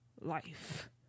life